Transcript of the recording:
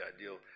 ideal